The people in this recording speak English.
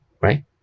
right